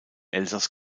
elsass